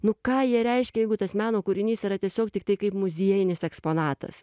nu ką jie reiškia jeigu tas meno kūrinys yra tiesiog tiktai kaip muziejinis eksponatas